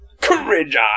Courage